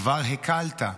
כבר הקלת.